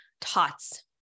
tots